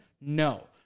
No